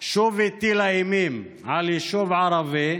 שוב הטילה אימים על יישוב ערבי,